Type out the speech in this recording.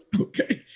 Okay